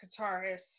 guitarist